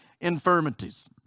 infirmities